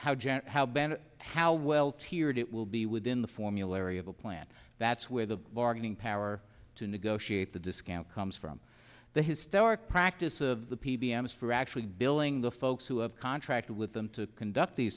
band how well tiered it will be within the formulary of a plan that's where the bargaining power to negotiate the discount comes from the historic practice of the p b s for actually billing the folks who have contracted with them to conduct these